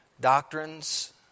doctrines